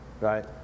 right